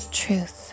truth